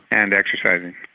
and exercising.